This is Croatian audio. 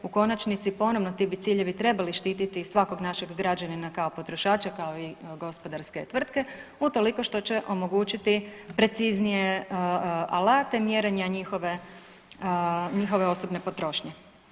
U konačnici ponovno ti bi ciljevi trebali štititi i svakog našeg građanina kao potrošača kao i gospodarske tvrtke utoliko što će omogućiti preciznije alate mjerenja njihove, njihove osobne potrošnje.